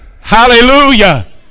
hallelujah